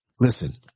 Listen